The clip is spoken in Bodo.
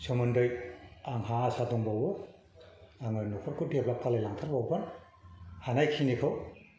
सोमोन्दै आंहा आसा दंबावो आङो न'खरखौ देभलप्त खालामलांथारबावगोन हानायखिनिखौ